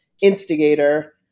instigator